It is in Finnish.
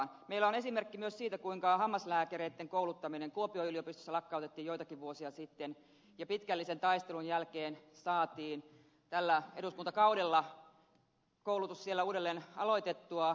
meillä on esimerkki myös siitä kuinka hammaslääkäreitten kouluttaminen kuopion yliopistossa lakkautettiin joitakin vuosia sitten ja pitkällisen taistelun jälkeen tällä eduskuntakaudella saatiin koulutus siellä uudelleen aloitettua